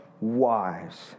wives